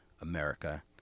America